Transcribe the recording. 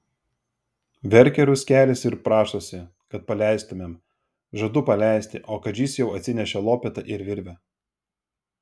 verkia ruskelis ir prašosi kad paleistumėm žadu paleisti o kadžys jau atsinešė lopetą ir virvę